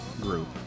group